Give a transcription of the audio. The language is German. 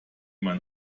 man